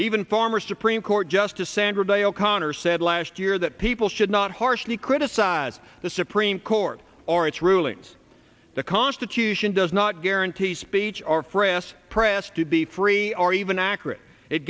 even former supreme court justice sandra day o'connor said last year that people should not harshly criticize the supreme court or its rulings the constitution does not guarantee speech or fris press to be free or even accurate it